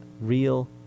real